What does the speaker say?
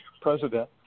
president